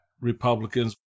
Republicans